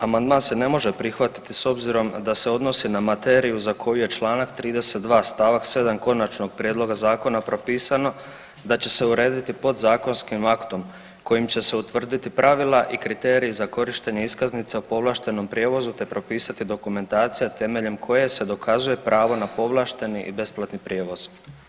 Amandman se ne može prihvatiti s obzirom da se odnosi na materiju za koju je čl. 32. st. 7. Konačnog prijedloga zakona propisano da će se urediti podzakonskim aktom kojim će se utvrditi pravila i kriteriji za korištenje iskaznica o povlaštenom prijevozu te propisati dokumentacija temeljem koje se dokazuje pravo na povlašteni i besplatni prijevoz.